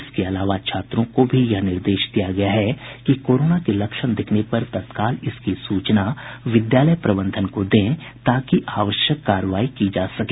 इसके अलावा छात्रों को भी यह निर्देश दिया गया है कि कोरोना के लक्षण दिखने पर तत्काल इसकी सूचना विद्यालय प्रबंधन को दें ताकि आवश्यक कार्रवाई की जा सके